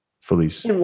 Felice